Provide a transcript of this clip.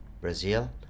Brazil